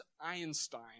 Einstein